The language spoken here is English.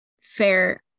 Fair